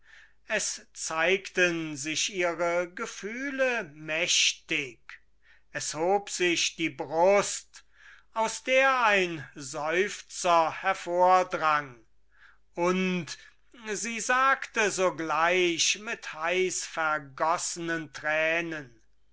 es zeigten sich ihre gefühle mächtig es hob sich die brust aus der ein seufzer hervordrang und sie sagte sogleich mit heiß vergossenen tränen